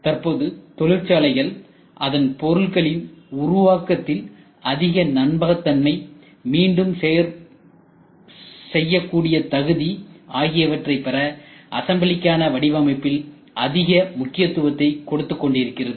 தற்போது தொழிற்சாலைகள் அதன் பொருட்களின் உருவாக்கத்தில் அதிக நம்பகத்தன்மை மீண்டும் செய்யக்கூடிய தகுதி ஆகியவற்றை பெற அசெம்பிளிக்கானவடிவமைப்பில் அதிக முக்கியத்துவத்தை கொடுத்துக் கொண்டிருக்கிறது